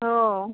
हो